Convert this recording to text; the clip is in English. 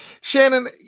Shannon